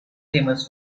famous